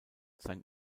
sein